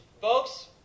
folks